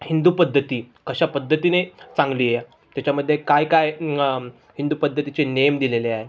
हिंदू पद्धती कशा पद्धतीने चांगली आहे त्याच्यामध्ये काय काय हिंदू पद्धतीचे नियम दिलेले आहे